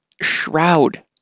shroud